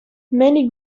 many